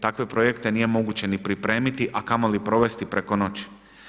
Takve projekte nije moguće ni pripremiti, a kamoli provesti preko noći.